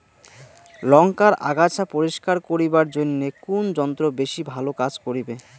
লংকার আগাছা পরিস্কার করিবার জইন্যে কুন যন্ত্র বেশি ভালো কাজ করিবে?